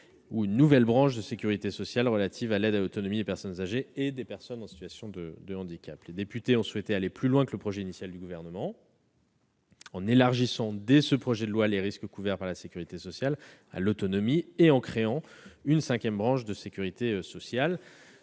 ou d'une nouvelle branche de sécurité sociale relative à l'aide à l'autonomie des personnes âgées et des personnes en situation de handicap. Les députés ont souhaité aller plus loin que le projet initial du Gouvernement, en élargissant dès à présent le champ des risques couverts par la sécurité sociale à la perte d'autonomie et en créant une cinquième branche de sécurité sociale.